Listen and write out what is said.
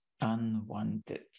unwanted